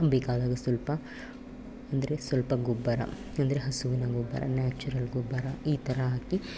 ಬೇಕಾದಾಗ ಸ್ವಲ್ಪ ಅಂದರೆ ಸ್ವಲ್ಪ ಗೊಬ್ಬರ ಅಂದರೆ ಹಸುವಿನ ಗೊಬ್ಬರ ನ್ಯಾಚುರಲ್ ಗೊಬ್ಬರ ಈ ಥರ ಹಾಕಿ